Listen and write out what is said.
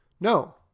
No